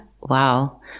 Wow